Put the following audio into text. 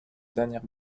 dernière